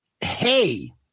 Hey